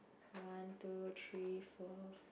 one two three four